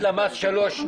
עד למ"ס שלוש.